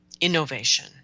innovation